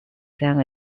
than